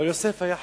אבל יוסף היה חכם,